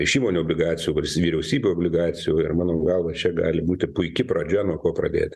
iš įmonių obligacijų vals vyriausybių obligacijų ir manau galva šie gali būti puiki pradžia nuo ko pradėti